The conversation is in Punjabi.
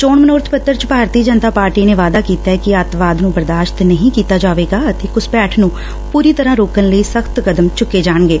ਚੋਣ ਮਨੋਰਥ ਪੱਤਰ ਚ ਭਾਰਤੀ ਜਨਤਾ ਪਾਰਟੀ ਨੇ ਵਾਅਦਾ ਕੀਤੈ ਕਿ ਅੱਤਵਾਦ ਨੂੰ ਬਰਦਾਸ਼ਤ ਨਹੀਂ ਕੀਤਾ ਜਾਵੇਗਾ ਅਤੇ ਘੁਸਪੈਠ ਨੂੰ ਪੂਰੀ ਤਰ੍ਰਾਂ ਰੋਕਣ ਲਈ ਸਖ਼ਤ ਕਦਮ ਚੂੱਕੇ ਜਾਣਗੇ